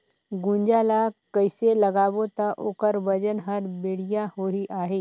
गुनजा ला कइसे लगाबो ता ओकर वजन हर बेडिया आही?